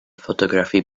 photography